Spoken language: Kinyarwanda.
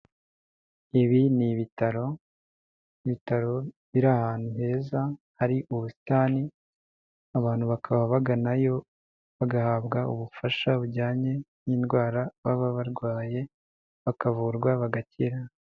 Ibi ni ibitaro, ibitaro biri ahantu heza hari ubusitani abantu bakaba baganayo bagahabwa ubufasha bujyanye n'indwara baba barwaye bakavurwa bagakira.